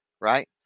right